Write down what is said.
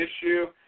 issue